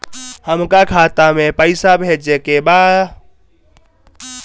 हमका खाता में पइसा भेजे के बा